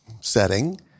setting